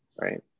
right